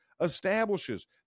establishes